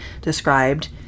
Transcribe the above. described